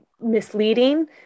misleading